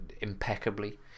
impeccably